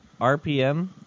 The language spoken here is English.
RPM